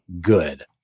good